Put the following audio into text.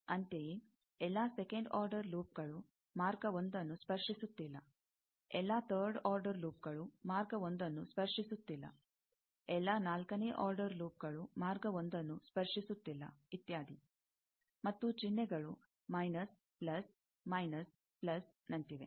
ಅಂತೆಯೇ ಎಲ್ಲಾ second order ಲೂಪ್ಗಳು ಮಾರ್ಗ 1ನ್ನು ಸ್ಪರ್ಶಿಸುತ್ತಿಲ್ಲ ಎಲ್ಲಾ ಥರ್ಡ್ ಆರ್ಡರ್ ಲೂಪ್ಗಳು ಮಾರ್ಗ 1ನ್ನು ಸ್ಪರ್ಶಿಸುತ್ತಿಲ್ಲ ಎಲ್ಲಾ ನಾಲ್ಕನೇ ಆರ್ಡರ್ ಲೂಪ್ ಗಳು ಮಾರ್ಗ 1ನ್ನು ಸ್ಪರ್ಶಿಸುತ್ತಿಲ್ಲ ಇತ್ಯಾದಿ ಮತ್ತು ಚಿಹ್ನೆಗಳು ಮೈನಸ್ ಪ್ಲಸ್ ಮೈನಸ್ ಪ್ಲಸ್ ನಂತಿವೆ